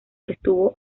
estuvo